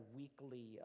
weekly